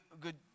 good